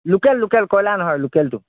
local local কইলাৰ নহয় লোকেলটো